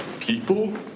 people